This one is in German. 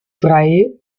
freie